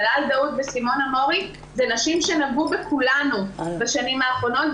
דלאל דאוד וסימונה מורי הן נשים שנגעו בכולנו בשנים האחרונות,